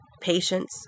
patience